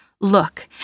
Look